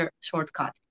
shortcut